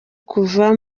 kuva